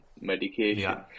medication